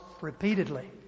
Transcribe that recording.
repeatedly